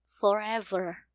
forever